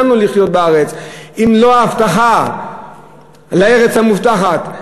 לנו לחיות בארץ אם לא ההבטחה לארץ המובטחת.